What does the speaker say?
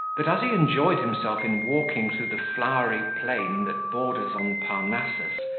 that, as he enjoyed himself in walking through the flowery plain that borders on parnassus,